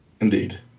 Indeed